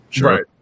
Right